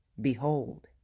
Behold